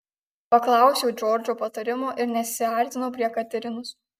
paklausiau džordžo patarimo ir nesiartinau prie katerinos